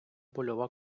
польова